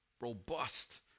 robust